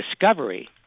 discovery